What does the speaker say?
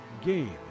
game